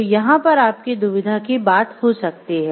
तो यहाँ पर आपकी दुविधा की बात हो सकती है